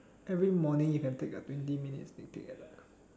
every morning you can take a twenty minute sneak peek